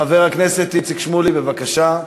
חבר הכנסת איציק שמולי, בבקשה.